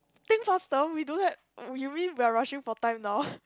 think faster we don't have we we we are rushing for time now